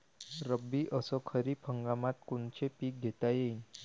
रब्बी अस खरीप हंगामात कोनचे पिकं घेता येईन?